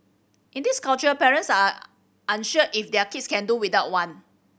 in this culture parents are unsure if their kids can do without one